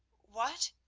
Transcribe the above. what?